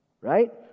right